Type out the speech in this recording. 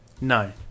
No